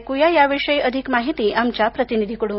ऐकुया याविषयी अधिक माहिती आमच्या प्रतिनिधी कडून